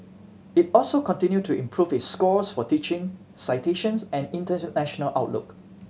it also continued to improve its scores for teaching citations and international outlook